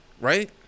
right